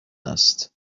است